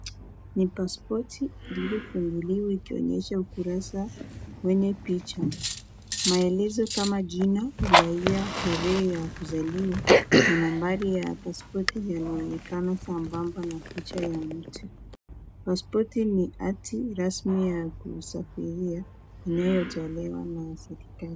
Ni pasipoti iliyofunguliwa ikionyesha ukurasa wenye picha. Maelezo kama jina, uraia, tarehe ya kuzaliwa na nambari ya pasipoti yanaonekana sambamba na picha ya mtu. Pasipoti ni hati rasmi ya kusafiria inayotolewa na serikali.